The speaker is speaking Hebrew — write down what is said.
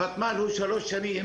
הוותמ"ל הוא שלוש שנים,